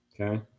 Okay